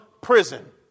prison